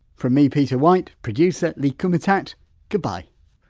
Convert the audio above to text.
from me, peter white, producer lee kumutat goodbye